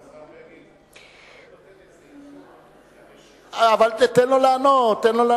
זה נותן איזה איזון, אבל תן לו לענות.